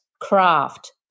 craft